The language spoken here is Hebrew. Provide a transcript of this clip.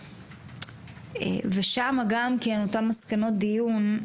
וגם שם אותן מסקנות דיון.